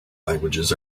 languages